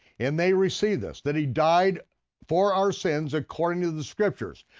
and they received this, that he died for our sins, according to the scriptures.